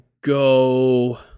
go